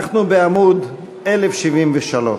אנחנו בעמוד 1073,